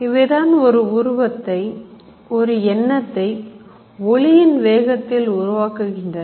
இவைதான் ஒரு உருவத்தை ஒரு எண்ணத்தை ஒளியின் வேகத்தில் உருவாக்குகின்றன